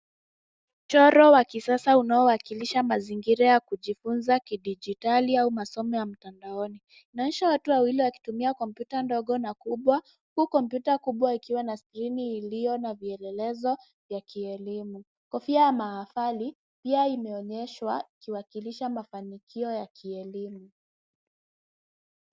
Mchoro wa kisasa unaowakilisha mazingira ya kujifunza kidijitali au masomo ya mtandaoni, inaonyesha watu wawili wakitumia kompyuta ndogo na kubwa huku kompyuta kubwa ikiwa na skrini iliyo na vielelezo ya kielimu, kofia ya maafali pia imeonyeshwa ikiwakilisha mafanikio ya kielimu.